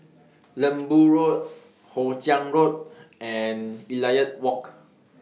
Lembu Road Hoe Chiang Road and Elliot Walk